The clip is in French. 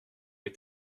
est